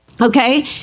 okay